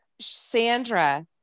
Sandra